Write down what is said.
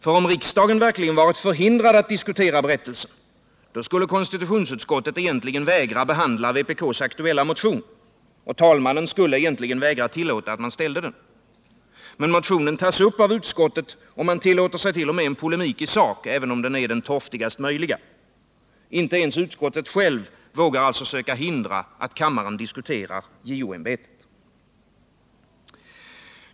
För om riksdagen verkligen varit förhindrad att diskutera berättelsen, då skulle konstitutionsutskottet egentligen vägrat att behandla vpk-motionen. Och talmannen skulle egentligen vägrat tillåta att man väckte den. Men motionen tas upp av utskottet. Man tillåter sig t.o.m. en polemik i sak, även om den är den torftigast möjliga. Inte ens utskottet självt vågar alltså söka hindra att kammaren diskuterar JO-ämbetet.